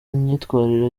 myitwarire